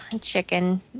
Chicken